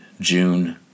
June